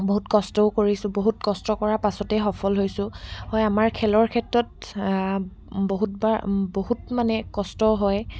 বহুত কষ্টও কৰিছোঁ বহুত কষ্ট কৰাৰ পাছতেই সফল হৈছোঁ হয় আমাৰ খেলৰ ক্ষেত্ৰত বহুতবাৰ বহুত মানে কষ্ট হয়